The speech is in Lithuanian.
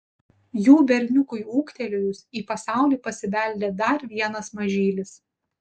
jų berniukui ūgtelėjus į pasaulį pasibeldė dar vienas mažylis